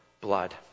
blood